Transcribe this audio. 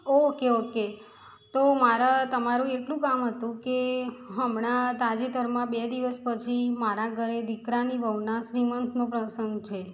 okay okay તો મારે તમારું એટલું કામ હતું કે હમણાં તાજેતરમાં બે દિવસ પછી મારા ઘરે દીકરાની વહુના શ્રીમંતનો પ્રસંગ છે